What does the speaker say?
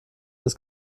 des